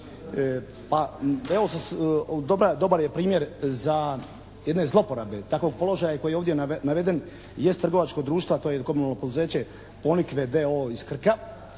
dobar je primjer za jedne zlouporabe takvog položaja koji je ovdje naveden jest trgovačko društvo a to je komunalno poduzeće Ponikve d.o.o. iz Krka